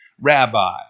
Rabbi